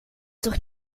toch